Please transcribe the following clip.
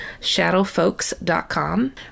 shadowfolks.com